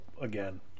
again